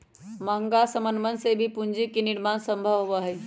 महंगा समनवन से भी पूंजी के निर्माण सम्भव होबा हई